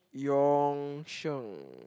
Yong Sheng